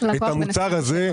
את המוצר הזה.